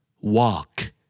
Walk